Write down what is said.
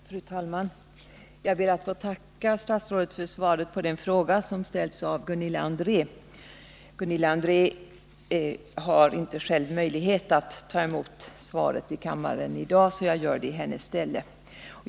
Fru talman! Jag ber att få tacka statsrådet för svaret på den fråga som ställts av Gunilla André. Gunilla André har inte möjlighet att själv ta emot svaret i kammaren i dag, så jag gör det i hennes ställe.